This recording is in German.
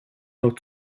noch